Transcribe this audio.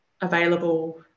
available